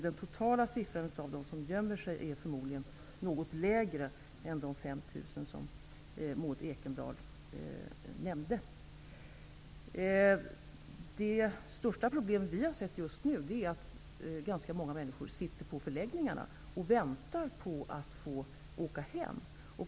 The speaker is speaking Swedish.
Den totala siffran över de som gömmer sig är förmodligen något lägre än 5 000, som Maud Ekendahl nämnde. Det största problemet vi ser just nu är att ganska många människor sitter på förläggningar och väntar på att få åka hem.